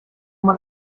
man